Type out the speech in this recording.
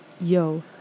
yo